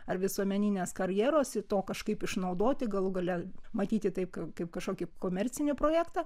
ar visuomeninės karjeros ir to kažkaip išnaudoti galų gale matyti taip kaip kaip kažkokį komercinį projektą